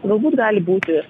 galbūt gali būti